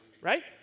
right